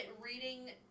reading